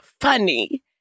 funny